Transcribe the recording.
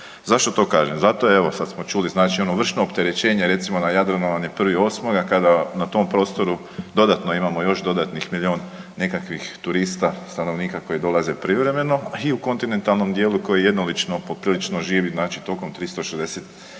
Zašto to kažem? Zato evo sad smo čuli ono vršno opterećenje recimo na Jadranu vam je 1.8. kada na tom prostoru dodatno imamo još dodatnih milion nekakvih turista, stanovnika koji dolaze privremeno i u kontinentalnom dijelu koji jednolično poprilično živi znači tokom 365